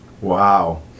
Wow